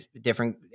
different